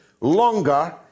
longer